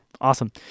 Awesome